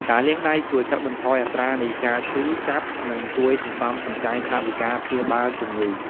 ការលាងដៃជួយកាត់បន្ថយអត្រានៃការឈឺចាប់ និងជួយសន្សំសំចៃថវិកាព្យាបាលជំងឺ។